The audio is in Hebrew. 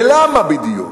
ולמה בדיוק?